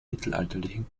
mittelalterlichen